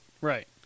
right